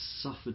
suffered